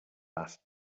last